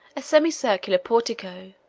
a semicircular portico,